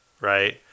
right